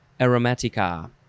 aromatica